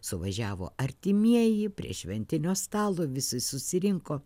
suvažiavo artimieji prie šventinio stalo visi susirinko